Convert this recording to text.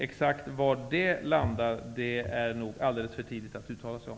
Exakt var man landar i de avseendena är det nog alldeles för tidigt att uttala sig om.